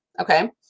Okay